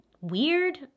weird